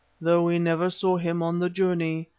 though we never saw him on the journey,